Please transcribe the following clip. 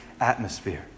atmosphere